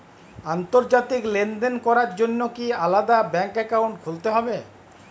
আন্তর্জাতিক লেনদেন করার জন্য কি আলাদা ব্যাংক অ্যাকাউন্ট খুলতে হবে?